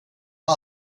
har